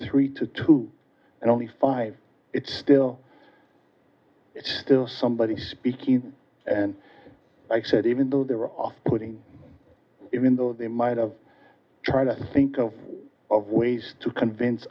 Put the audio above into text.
three to two and only five it's still it's still somebody's speaking and i said even though there are putting even though they might of trying to think of of ways to convince